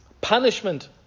Punishment